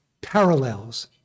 parallels